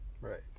Right